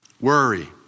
Worry